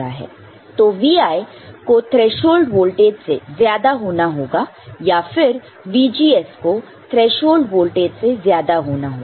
तो Vi को threshold voltage से ज्यादा होना होगा या फिर VGS को थ्रेशोल्ड वोल्टेज से ज्यादा होना होगा